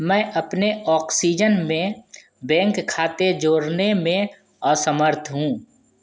मैं अपने ऑक्सीजन में बैंक खाते जोड़ने में असमर्थ हूँ